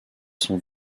sont